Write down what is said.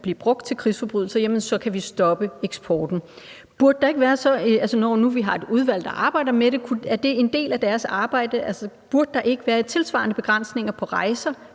blive brugt til krigsforbrydelser, kan stoppe eksporten. Når nu vi har et udvalg, der arbejder med det, burde det ikke være en del af deres arbejde? Altså, burde der ikke være tilsvarende begrænsninger på rejser